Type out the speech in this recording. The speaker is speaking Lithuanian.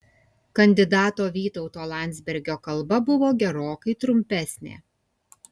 kandidato vytauto landsbergio kalba buvo gerokai trumpesnė